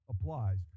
applies